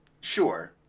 Sure